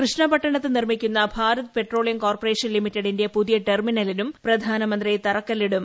കൃഷ്ണപട്ടണത്ത് നിർമ്മിക്കുന്ന ഭാരത് പെട്രോളിയംകോർപ്പറേഷൻ ലിമിറ്റഡിന്റെ പുതിയ ടെർമിനലിനും പ്രധാനമന്ത്രി തറക്കല്ലിടും